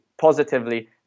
positively